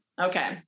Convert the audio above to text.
Okay